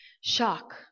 shock